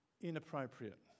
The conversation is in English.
inappropriate